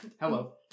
Hello